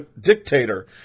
dictator